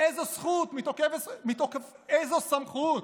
באיזו זכות, מתוקף איזו סמכות?